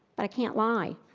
but can't lie.